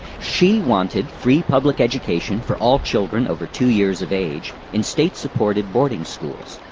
she wanted free public education for all children over two years of age in state-supported hoarding schools.